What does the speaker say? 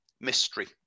mystery